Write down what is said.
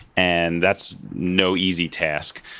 and that's no easy task,